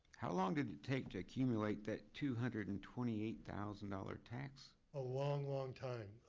how long did it take to accumulate that two hundred and twenty eight thousand dollars tax? a long, long time.